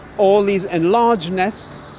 all these enlarged nests,